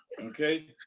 Okay